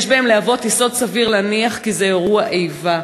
יש בהם מתן יסוד סביר להניח כי מדובר באירוע איבה.